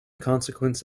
consequence